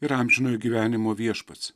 ir amžinojo gyvenimo viešpats